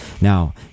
Now